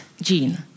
gene